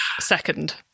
second